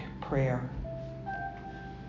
prayer